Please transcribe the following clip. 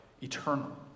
eternal